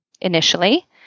initially